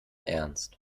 ernst